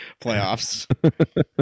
playoffs